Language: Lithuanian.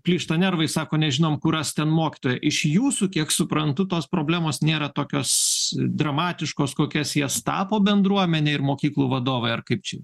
plyšta nervai sako nežinom kur ras ten mokytoją iš jūsų kiek suprantu tos problemos nėra tokios dramatiškos kokias jas tapo bendruomenė ir mokyklų vadovai ar aip čia